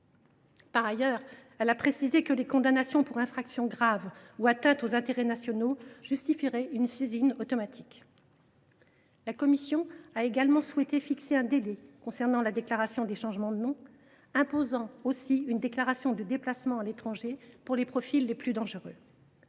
Par ailleurs, la commission a précisé que les condamnations pour infractions graves ou atteintes aux intérêts nationaux justifieraient une saisine automatique. Elle a également introduit un délai de déclaration de changement de nom et imposé une déclaration de déplacement à l’étranger pour les profils les plus dangereux.